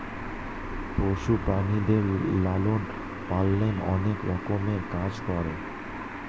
পশু প্রাণীদের লালন পালনে অনেক রকমের কাজ করে